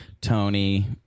Tony